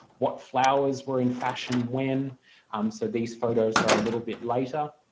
what flowers were in fashion when um so these photos are a little bit later.